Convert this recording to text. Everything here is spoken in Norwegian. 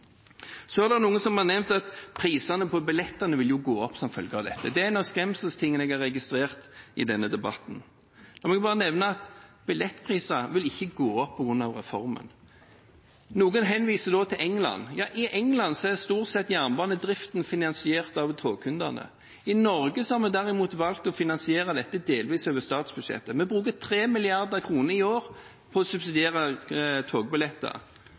Så er det noen som har nevnt at prisene på billettene vil gå opp som følge av dette. Det er noen av skremslene jeg har registrert i denne debatten. Da vil jeg bare nevne at billettpriser ikke vil gå opp på grunn av reformen. Noen henviser da til England. Ja, i England er stort sett jernbanedriften finansiert av togkundene. I Norge har vi derimot valgt å finansiere dette delvis over statsbudsjettet. Vi bruker 3 mrd. kr i år på å subsidiere togbilletter,